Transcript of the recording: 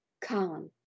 column